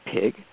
pig